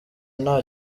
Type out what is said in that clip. nta